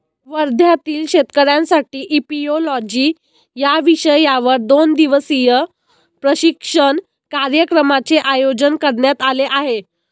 वर्ध्यातील शेतकऱ्यांसाठी इपिओलॉजी या विषयावर दोन दिवसीय प्रशिक्षण कार्यक्रमाचे आयोजन करण्यात आले आहे